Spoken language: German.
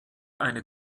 eine